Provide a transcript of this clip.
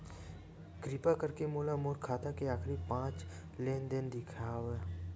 किरपा करके मोला मोर खाता के आखिरी पांच लेन देन देखाव